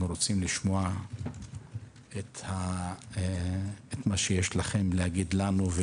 אנחנו רוצים לשמוע את כל מה שיש לכם להגיד לנו,